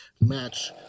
match